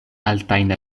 altajn